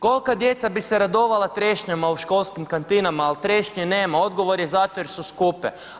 Kolika djeca bi se radovala trešnjama u školskim kantinama ali trešnje nema, odgovor je zato jer su skupe.